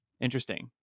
interesting